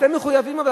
אתם מחויבים אבל,